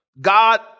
God